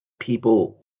people